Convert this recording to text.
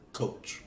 coach